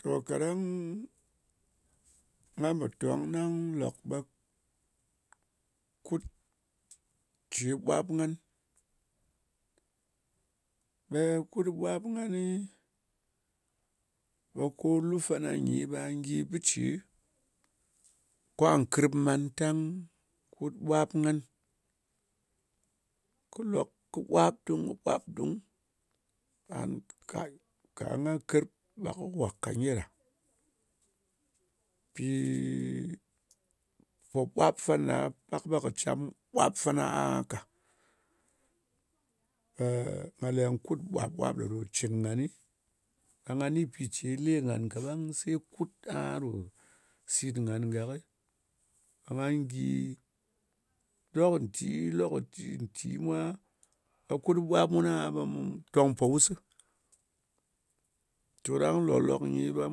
To, kaɗang nga pò tong, ɗang lòk ɓe kut ce ɓwap ngan, ɓe kut kɨ ɓwap ngai, ɓe ko lu fana nyi, ɓe nga gyi bɨ ce kwa kɨrp mantang kut ɓwap ngan. Kɨ lok kɨ ɓwap dung, kɨ ɓwap dung, ɓa kɨrp ɓe kɨ wàk ka nyet ɗa. Mpi, po ɓwap fan ɗa, ɓe pak, ɓe kɨ cam ɓwap fana aha ka, nga leng kùt ɓwàp-ɓwap ɗa ɗo cɨn ngani, ɓe nga ni pi ce le ngan kaɓang se kut aha ɗo sit ngan gakɨ, ɓe nga gyi, dok nti, lokaci kɨ nti mwa, ɓe kut kɨ ɓwap mun aha, ɓe wu tong mpò wusɨ. To, ɗang lòk-lok nyi, ɓe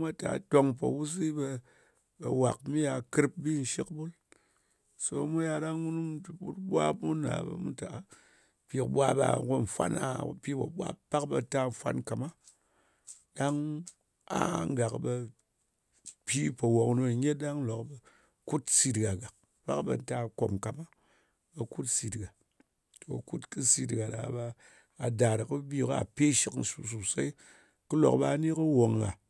mwa tà tong pò wusɨ, ɓe wak me ya kɨrp bi nshɨk ɓul. So mu yal ɗang muni ɓut ɓwap mun ɗa, ɓe mu te, a, pi kɨ ɓwap aha, ko nfwan aha, pi pò ɓwap. Pak ɓe ta nfwan ka ma ɗang aha gak ɓe pu pò wòng ɗo nyɨ nyet, ɗang lok ɓe kut sit gha gàk. Pak ɓe ta kòm ka ma, ɓe kut sìt nghà. To, kut kɨ sìt gha ɗa, ɓa dar ko bi ka pe shɨk shɨ̄k susey. Kɨ lok ɓa ni kɨ wòng gha.